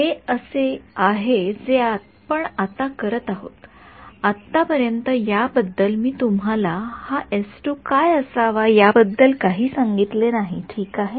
हे असे आहे जे आपण आता करत आहोत आतापर्यंत याबद्दल मी तुम्हाला हा काय असावा या बद्दल काही सांगितले नाही ठीक आहे